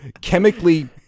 chemically